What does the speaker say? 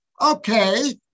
okay